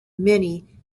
many